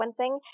sequencing